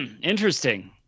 Interesting